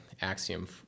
Axiom